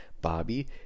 Bobby